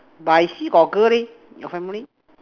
but I see got girl leh your family